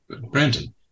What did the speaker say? Brandon